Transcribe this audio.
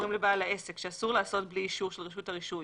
אומרים לבעל העסק שאסור לעשות בלי אישור של רשות הרישוי